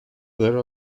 there